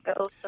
go